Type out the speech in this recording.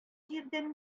җирдән